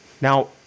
Now